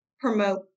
promote